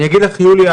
אני אגיד לך יוליה,